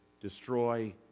destroy